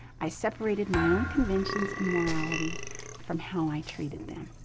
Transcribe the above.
i separated my own conventions and morality from how i treated them.